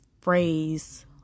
phrase